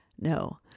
No